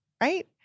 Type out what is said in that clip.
right